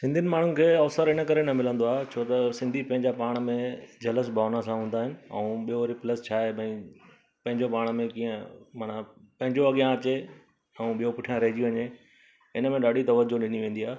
सिंधियुनि माण्हुनि खे अवसर हिन करे न मिलंदो आहे छो त सिंधी पंहिंजा पाण में जलस भावना सां हूंदा आहिनि ऐं ॿियों वरी प्लस छाहे भई पंहिंजो पाण में कीअं माना पंहिंजो अॻियां अचे ऐं ॿियो पुठियां रहिजी वञे इन में ॾाढी तवजुहु ॾिनी वेंदी आहे